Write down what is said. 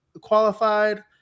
qualified